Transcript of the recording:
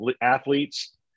athletes